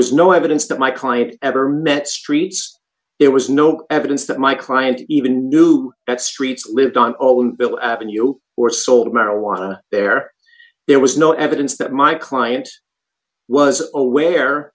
was no evidence that my client ever met streets there was no evidence that my client even knew that streets lived on bill avenue you were sold marijuana there there was no evidence that my client was aware